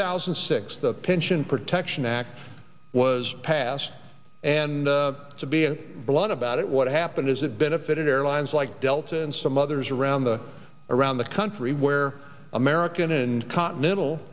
thousand and six the pension protection act was passed and to be blunt about it what happened is it benefited airlines like delta and some others around the around the country where american and continental